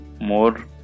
more